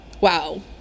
wow